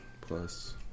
plus